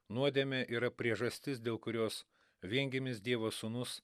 nuodėmė yra priežastis dėl kurios viengimis dievo sūnus